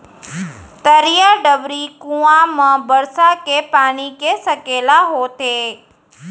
तरिया, डबरी, कुँआ म बरसा के पानी के सकेला होथे